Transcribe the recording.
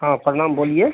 हाँ प्रणाम बोलिए